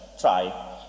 Try